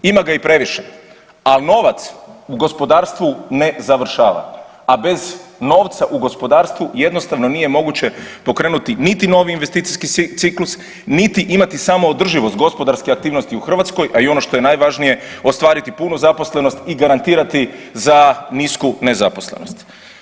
Ima ga i previše, al novac u gospodarstvu ne završava, a bez novca u gospodarstvu jednostavno nije moguće pokrenuti niti novi investicijski ciklus, niti imati samo održivost gospodarske aktivnosti u Hrvatskoj, a i ono što je najvažnije, ostvariti punu zaposlenost i garantirati za nisku nezaposlenost.